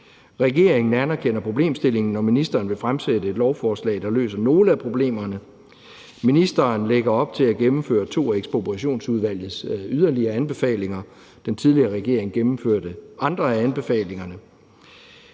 Regeringen anerkender problemstillingen, når ministeren vil fremsætte lovforslag, der løser nogle af problemerne. Ministeren lægger op til at gennemføre to af Ekspropriationsudvalgets yderligere anbefalinger. Den tidligere regering gennemførte andre af de anbefalinger.